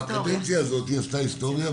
בקדנציה הזאת היא עשתה היסטוריה,